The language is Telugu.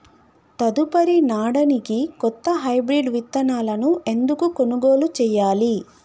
తదుపరి నాడనికి కొత్త హైబ్రిడ్ విత్తనాలను ఎందుకు కొనుగోలు చెయ్యాలి?